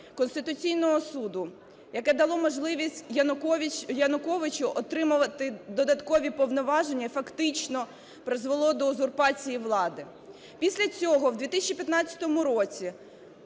Конституційного Суду, яке дало можливість Януковичу отримувати додаткові повноваження і фактично призвело до узурпації влади. Після цього в 2015 році